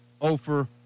Ofer